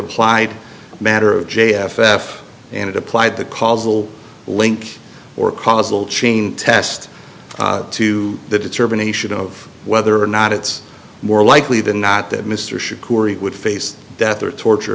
applied matter of j f f and it applied the causal link or causal chain test to the determination of whether or not it's more likely than not that mr should koori would face death or torture